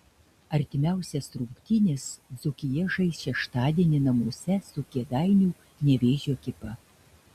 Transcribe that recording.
artimiausias rungtynes dzūkija žais šeštadienį namuose su kėdainių nevėžio ekipa